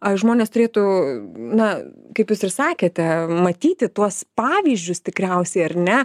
ar žmonės turėtų na kaip jūs ir sakėt matyti tuos pavyzdžius tikriausiai ar ne